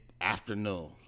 afternoon